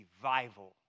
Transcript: revival